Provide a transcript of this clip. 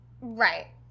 Right